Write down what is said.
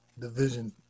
division